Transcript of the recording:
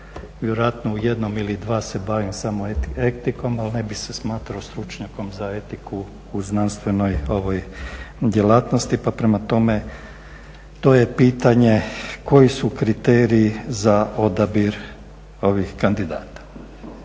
Vjerojatno u jednom ili dva se bavim samo etikom, ali ne bih se smatrao stručnjakom za etiku u znanstvenoj djelatnosti. Pa prema tome, to je pitanje koji su kriteriji za odabir ovih kandidata.